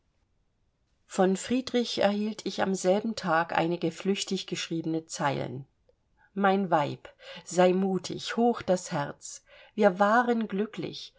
von friedrich erhielt ich am selben tag einige flüchtig geschriebene zeilen mein weib sei mutig hoch das herz wir waren glücklich